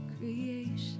creation